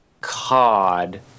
COD